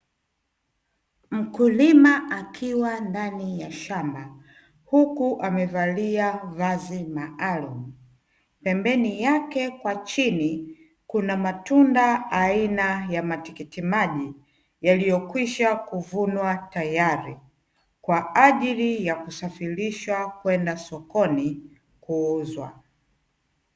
Mkulima akiwa ndani ya shamba huku amevalia vazi maalumu, na pembeni yake kwa chini kuna matunda aina ya matikiti maji, yaliyokwisha kuvunwa tayari, kwa ajili ya kusafirishwa kwenda sokoni kuuzwa.